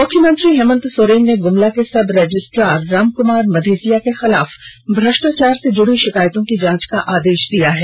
मुख्यमंत्री हेमंत सोरेन ने गुमला के सबरजिस्टार राम कमार मधेसिया के खिलाफ भ्रष्टाचार से जुडी र्षिकायतों की जांच का ऑदेष दिया है